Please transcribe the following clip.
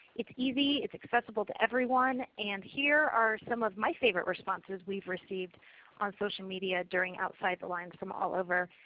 it's easy. it is accessible to everyone. and here are some of my favorite responses we've received on social media during outside the lines from all over.